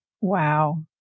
wow